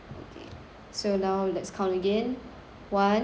so now let's count again one